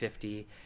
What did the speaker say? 50